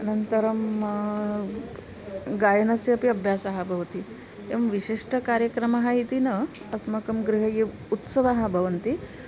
अनन्तरं गायनस्य अपि अभ्यासः भवति एवं विशिष्टकार्यक्रमः इति न अस्माकं गृहे ये उत्सवाः भवन्ति